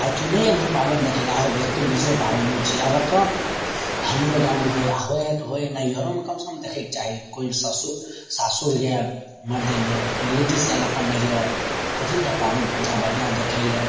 आइ तोँ नहि अएबहु पाबनि देखैले हो एतेक बेजोड़ पाबनि होइ छै आबऽ तऽ हमरो गाममे होइ हइ आओर होइ हइ तऽ होइ हइ नैहरोमे कमसे कम देखैके चाही कोइ सासु सासुर गेल मरदने कोइ लेडिज आएल अपन नैहर कथीले पाबनि पूजा बढ़िआँ देखैले